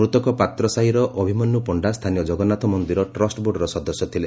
ମୃତକ ପାତ୍ର ସାହିର ଅଭିମନ୍ୟୁ ପଣ୍ଢା ସ୍ତାନୀୟ ଜଗନ୍ନାଥ ମନ୍ଦିର ଟ୍ରଷ୍ଟ ବୋର୍ଡର ସଦସ୍ୟ ଥିଲେ